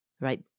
Right